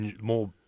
more